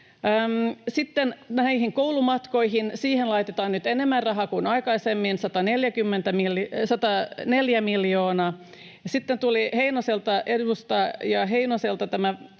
koulumatkoihin. Niihin laitetaan nyt enemmän rahaa kuin aikaisemmin, 104 miljoonaa. Ja sitten tuli edustaja